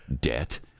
debt